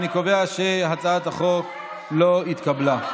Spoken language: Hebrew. אני קובע שהצעת החוק לא התקבלה.